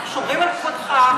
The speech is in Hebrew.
אנחנו שומרים על כבודך,